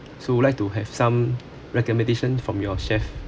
so would like to have some recommendation from your chef